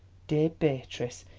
dear beatrice,